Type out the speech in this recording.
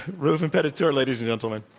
reuven pedatzur, ladies and gentlemen.